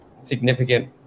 Significant